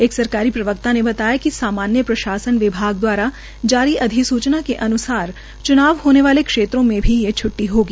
एक सरकारी प्रवक्ता ने बताया कि सामान्य प्रशासन दवारा जारी अधिसूचना के अन्सार च्नाव होने वाले क्षेत्रों में भी ये छ्ट्वी होगी